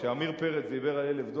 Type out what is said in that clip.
כשעמיר פרץ דיבר על 1,000 דולר,